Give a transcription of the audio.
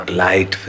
light